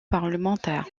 parlementaire